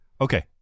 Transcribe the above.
Okay